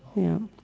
ya